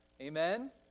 Amen